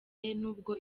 nubwo